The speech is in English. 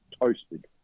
toasted